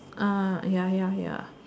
ah ya ya ya